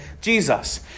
Jesus